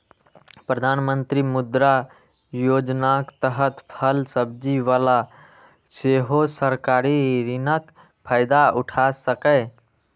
प्रधानमंत्री मुद्रा योजनाक तहत फल सब्जी बला सेहो सरकारी ऋणक फायदा उठा सकैए